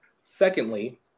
Secondly